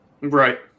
Right